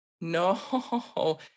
no